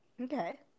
Okay